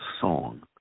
song